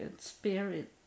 spirit